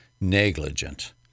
negligent